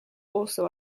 also